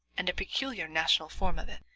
and a peculiar national form of it.